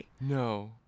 No